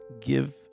give